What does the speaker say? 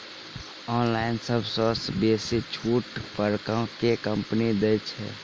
Online सबसँ बेसी छुट पर केँ कंपनी दइ छै?